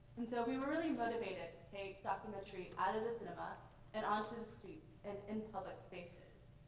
and so we were really motivated to take documentary out of the cinema and onto the streets and in public spaces.